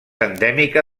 endèmica